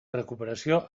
recuperació